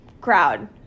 crowd